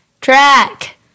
track